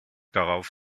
darauf